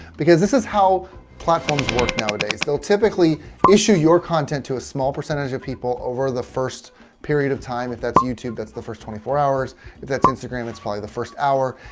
because this is how platforms work nowadays, they'll typically issue your content to a small percentage of people over the first period of time if that's youtube, that's the first twenty four hours. if that's instagram it's probably the first hour,